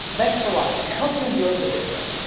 thanks for watching, i hope you enjoyed the video!